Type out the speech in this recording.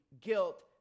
guilt